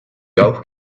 golf